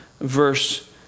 verse